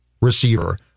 receiver